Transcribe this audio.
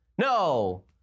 No